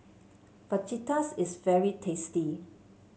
Fajitas is very tasty